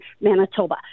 Manitoba